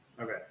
Okay